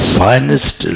finest